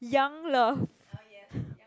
young love